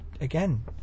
again